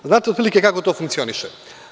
Znate otprilike kako to funkcioniše?